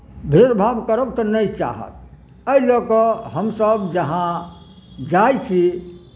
भेदभाव करब तऽ नहि चाहत एहि लऽ कऽ हमसभ जहाँ जाइ छी